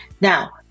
Now